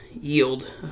yield